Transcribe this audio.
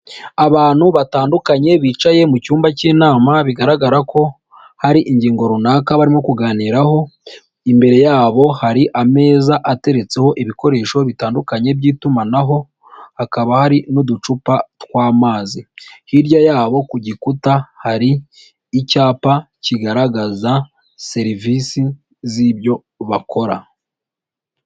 Abantu batandukanye bicaye mu cyumba cy'inama, bigaragara ko hari ingingo runaka barimo kuganiraho, imbere yabo hari ameza ateretseho ibikoresho bitandukanye by'itumanaho, hakaba hari n'uducupa tw'amazi. Hirya yabo ku gikuta hari icyapa kigaragaza serivisi z'ibyo bakora.